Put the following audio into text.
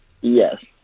Yes